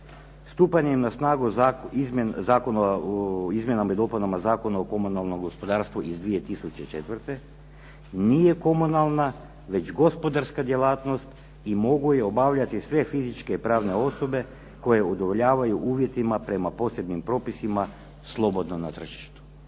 stupanjem na snagu Zakona o izmjenama i dopunama Zakona o komunalnom gospodarstvu iz 2004. nije komunalna već gospodarska djelatnost i mogu je obavljati sve fizičke i pravne osobe koje udovoljavaju uvjetima prema posebnim propisima slobodno na tržištu